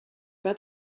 pas